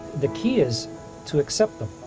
the key is to accept them.